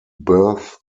birth